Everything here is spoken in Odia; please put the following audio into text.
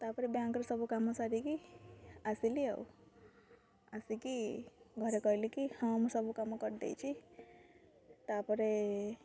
ତାପରେ ବ୍ୟାଙ୍କର ସବୁ କାମ ସାରିକି ଆସିଲି ଆଉ ଆସିକି ଘରେ କହିଲି କି ହଁ ମୁଁ ସବୁ କାମ କରିଦେଇଛି ତାପରେ